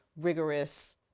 rigorous